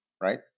right